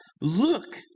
look